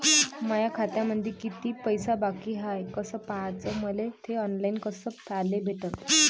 माया खात्यामंधी किती पैसा बाकी हाय कस पाह्याच, मले थे ऑनलाईन कस पाह्याले भेटन?